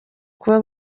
kuba